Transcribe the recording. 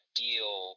deal